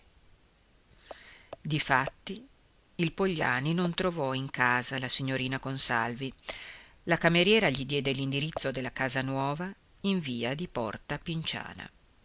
difatti il pogliani non trovò in casa la signorina consalvi la cameriera gli diede l'indirizzo della casa nuova in via di porta pinciana